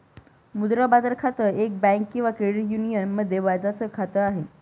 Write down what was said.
मुद्रा बाजार खातं, एक बँक किंवा क्रेडिट युनियन मध्ये व्याजाच खात आहे